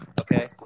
Okay